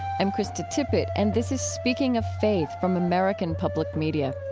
i'm krista tippett and this is speaking of faith from american public media.